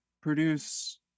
produce